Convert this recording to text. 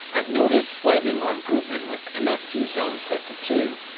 i've noticed slightly more improvement with mft zone set to two.